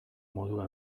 modua